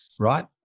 right